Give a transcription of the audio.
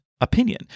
opinion